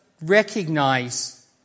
recognize